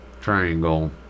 triangle